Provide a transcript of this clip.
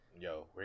yo